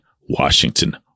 Washington